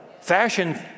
fashion